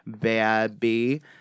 baby